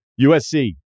USC